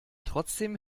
trotzdem